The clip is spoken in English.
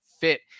fit